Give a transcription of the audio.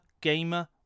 gamer